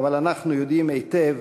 ואנחנו יודעים היטב